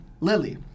Lily